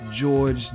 George